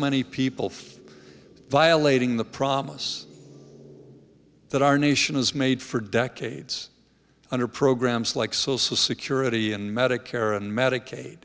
many people for violating the promise that our nation has made for decades under programs like social security and medicare and medicaid